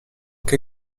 che